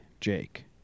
Jake